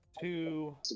two